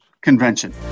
convention